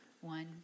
One